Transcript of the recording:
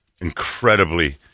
incredibly